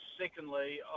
secondly